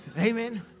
Amen